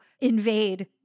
invade